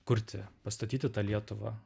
kurti pastatyti tą lietuvą